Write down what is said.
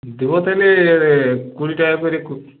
দেব তাহলে কুড়ি টাকা করে